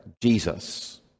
Jesus